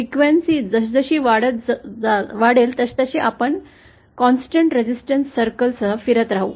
वारंवारता जसजशी वाढेल तसतसे आपण या स्थिर प्रतिरोधक वर्तुळासह फिरत राहू